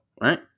right